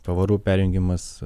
pavarų perjungimas